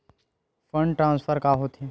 Fund transfer का होथे?